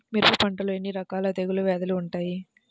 మిరప పంటలో ఎన్ని రకాల తెగులు వ్యాధులు వుంటాయి?